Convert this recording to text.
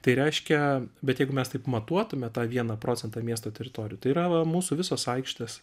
tai reiškia bet jeigu mes taip matuotume tą vieną procentą miesto teritorijų tai yra va mūsų visos aikštės